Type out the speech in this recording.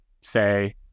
say